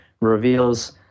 reveals